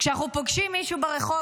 כשאנחנו פוגשים מישהו ברחוב,